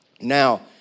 Now